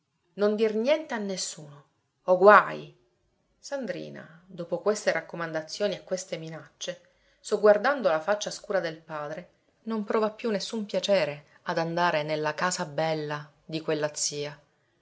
non dir niente a nessuno o guaj sandrina dopo queste raccomandazioni e queste minacce sogguardando la faccia scura del padre non prova più nessun piacere ad andare nella casa bella di quella zia